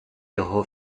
його